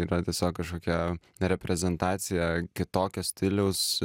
yra tiesiog kažkokia reprezentacija kitokio stiliaus